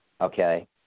Okay